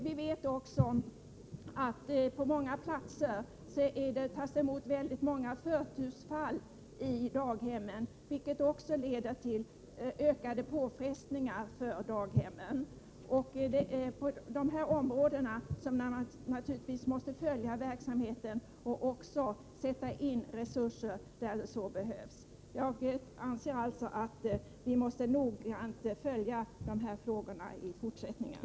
Vi vet också att väldigt många förtursfall tas emot på många daghem, vilket kan leda till ökade påfrestningar för daghemmen. Det är på dessa områden som vi naturligtvis måste följa verksamheten och sätta in resurser när så behövs. Jag anser alltså att vi noga måste följa de här frågorna i fortsättningen.